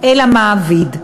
אל המעביד.